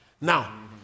Now